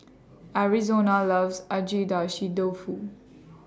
Arizona loves Agedashi Dofu